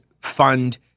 fund